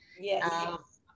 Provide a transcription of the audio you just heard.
Yes